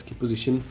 position